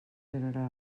general